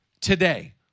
today